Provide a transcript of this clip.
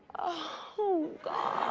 oh, god.